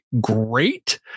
great